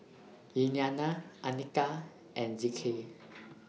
Liliana Anika and Zeke